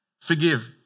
Forgive